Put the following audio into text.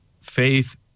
faith